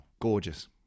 gorgeous